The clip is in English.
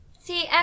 See